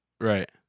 Right